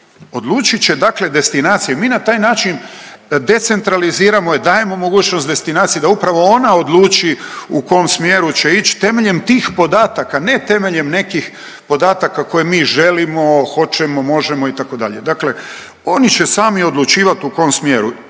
odlučit će dakle destinacije. Mi na taj način decentraliziramo i dajemo mogućnost destinaciji da upravo ona odluči u kom smjeru će ić temeljem tih podataka, ne temeljem nekih podataka koje mi želimo, hoćemo, možemo itd., dakle oni će sami odlučivat u kom smjeru.